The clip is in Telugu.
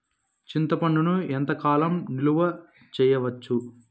చింతపండును ఎంత కాలం నిలువ చేయవచ్చు?